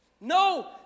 No